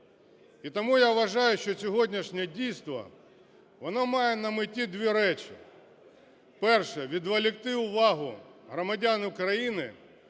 І тому я вважаю, що сьогоднішнє дійство, воно має на меті дві речі. Перше – відволікти увагу громадян України